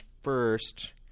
first